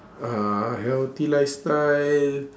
uh healthy lifestyle